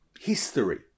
history